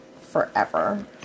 forever